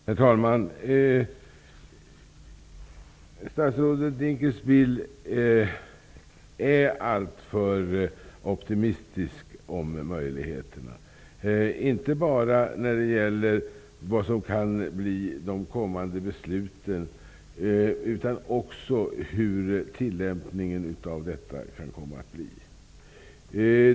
Herr talman! Statsrådet Dinkelspiel är alltför optimistisk om möjligheterna, inte bara när det gäller vad som kan bli kommande beslut utan också tillämpningen av detta.